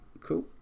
Cool